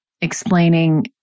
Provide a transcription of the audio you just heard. explaining